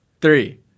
Three